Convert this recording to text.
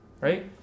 right